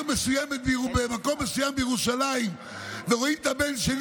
מסוימת ממקום מסוים מירושלים ורואים את הבן שלי,